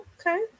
okay